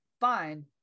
fine